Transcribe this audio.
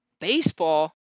baseball